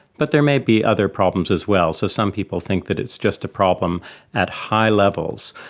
but there may be other problems as well. so some people think that it's just a problem at high levels.